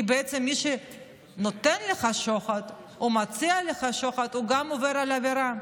כי בעצם מי שנותן לך שוחד או מציע לך שוחד הוא גם עובר עבירה.